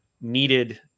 needed